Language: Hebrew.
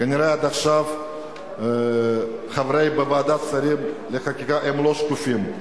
כנראה עד עכשיו החברים בוועדת שרים לחקיקה הם לא שקופים,